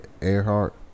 Earhart